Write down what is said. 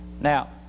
Now